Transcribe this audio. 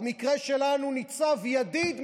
במקרה שלנו ניצב ידיד,